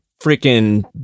freaking